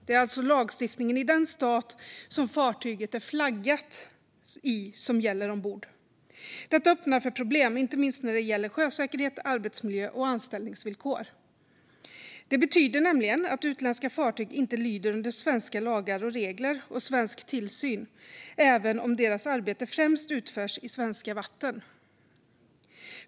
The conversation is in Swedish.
Det är alltså lagstiftningen i den stat som fartyget är flaggat i som gäller ombord. Detta öppnar för problem inte minst när det gäller sjösäkerhet, arbetsmiljö och anställningsvillkor. Det betyder nämligen att utländska fartyg inte lyder under svenska lagar och regler och svensk tillsyn även om deras arbete främst utförs i svenska vatten.